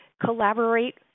collaborate